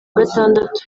gatandatu